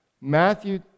Matthew